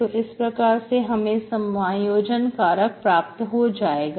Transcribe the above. तो इस प्रकार से हमें समायोजन कारक प्राप्त हो जाएगा